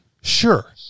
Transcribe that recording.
sure